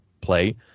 play